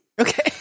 Okay